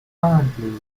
currently